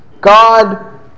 God